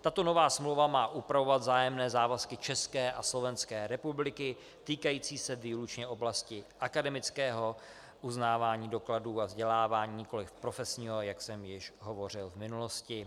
Tato nová smlouva má upravovat vzájemné závazky České a Slovenské republiky týkající se výlučně oblasti akademického uznávání dokladů o vzdělávání, nikoliv profesního, jak jsem již hovořil v minulosti.